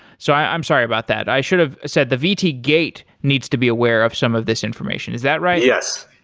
so i'm sorry about that. i should have said the vt gate needs to be aware of some of this information, is that right? yes.